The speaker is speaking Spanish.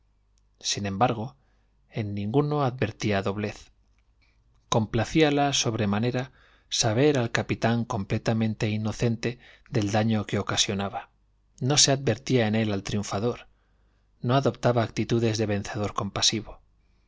sin embargo en ninguno advertía doblez complacíala sobre manera saber al capitán completamente inocente del daño que ocasionaba no se advertía en él al triunfador no adoptaba actitudes de vencedor compasivo